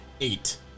eight